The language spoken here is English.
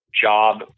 job